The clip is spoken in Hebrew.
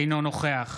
אינו נוכח